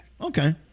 Okay